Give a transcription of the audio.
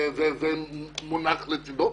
זה מונח לצידו.